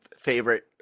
favorite